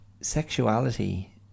sexuality